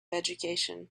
education